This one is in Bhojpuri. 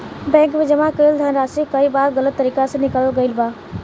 बैंक में जमा कईल धनराशि के कई बार गलत तरीका से निकालल गईल बा